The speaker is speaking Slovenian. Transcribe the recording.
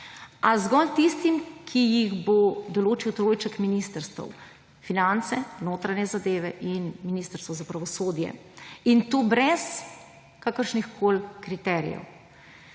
a zgolj tistim, ki jih bo določil trojček ministrstev – finance, notranje zadeve in ministrstvo za pravosodje; in to brez kakršnikoli kriterijev.